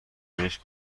بهش